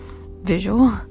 visual